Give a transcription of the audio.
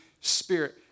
Spirit